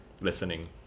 listening